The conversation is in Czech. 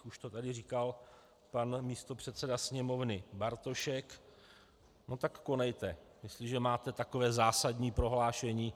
Už to tady říkal pan místopředseda Sněmovny Bartošek: Tak konejte, jestliže máte takové zásadní prohlášení.